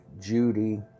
Judy